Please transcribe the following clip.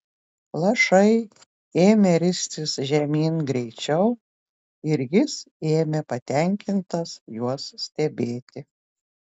lašai ėmė ristis žemyn greičiau ir jis ėmė patenkintas juos stebėti